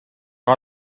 kui